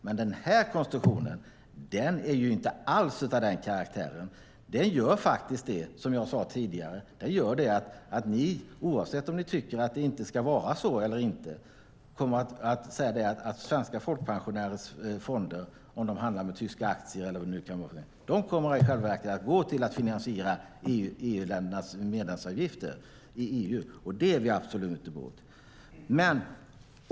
Men den här konstruktionen är inte alls av den karaktären, och det gör, som jag sade tidigare, att ni, oavsett om ni tycker att det inte ska vara så eller inte, kommer att säga att svenska folkpensionärers fonder, om de handlar med tyska aktier eller vad det nu kan vara för någonting, i själva verket kommer att gå till att finansiera EU-ländernas medlemsavgifter i EU. Detta är vi absolut emot.